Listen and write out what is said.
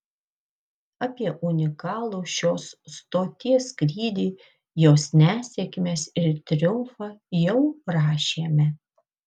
apie unikalų šios stoties skrydį jos nesėkmes ir triumfą jau rašėme